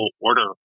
order